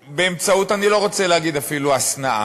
באמצעות, אני לא רוצה להגיד אפילו השׂנָאה,